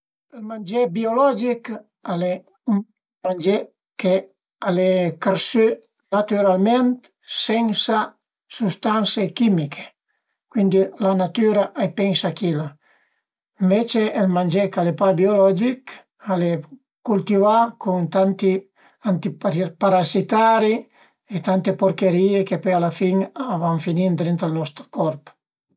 Ël mangé biologich al e ën mangé ch'al e chërsü natüralment, sensa sustanse chimiche, cuindi la natüra a i pensa chila, ënvece ël mangé ch'al e pa biologich al e cultivà cun tanti antiparassitari e tante porcherìe che pöi a la fin a van finì ëndrinta a nost corp